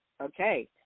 Okay